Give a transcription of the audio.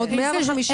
עוד 150 תקנים.